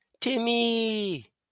Timmy